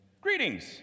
Greetings